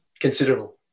considerable